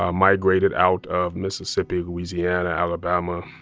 ah migrated out of mississippi, louisiana, alabama,